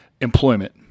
employment